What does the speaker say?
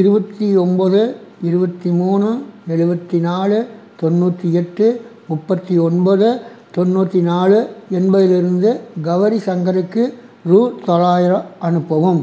இருபத்தி ஒம்பது இருபத்தி மூணு எழுபத்தி நாலு தொண்ணூற்றி எட்டு முப்பத்தி ஒன்பது தொண்ணூற்றி நாலு என்பதிலிருந்து கௌரி சங்கருக்கு ரூ தொள்ளாயிரம் அனுப்பவும்